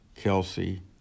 Kelsey